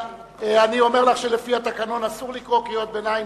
אני אומר לך שלפי התקנון אסור לקרוא קריאות ביניים.